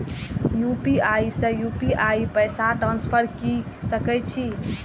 UPI से UPI पैसा transfer की सके छी?